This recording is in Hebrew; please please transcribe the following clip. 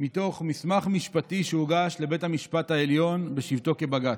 מתוך מסמך משפטי שהוגש לבית המשפט העליון בשבתו כבבג"ץ,